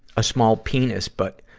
a small penis. but,